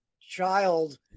child